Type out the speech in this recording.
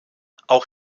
auch